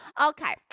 Okay